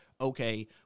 okay